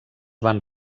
van